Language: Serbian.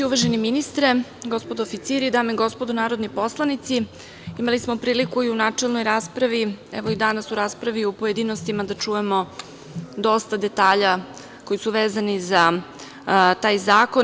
Uvaženi ministre, gospodo oficiri, dame i gospodo narodni poslanici, imali smo priliku i u načelnoj raspravi, evo i danas u raspravi u pojedinostima, da čujemo dosta detalja koji su vezani za taj zakon.